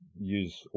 use